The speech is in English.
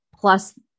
plus